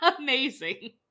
amazing